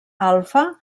alfa